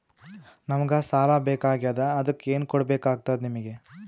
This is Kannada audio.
ನಮಗ ಸಾಲ ಬೇಕಾಗ್ಯದ ಅದಕ್ಕ ಏನು ಕೊಡಬೇಕಾಗ್ತದ ನಿಮಗೆ?